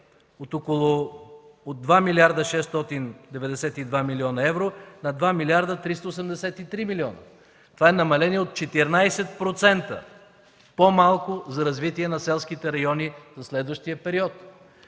от 2 млрд. 692 млн. евро на 2 млрд. 383 млн. евро. Това е намаление от 14% – по-малко за развитие на селските райони за следващия период.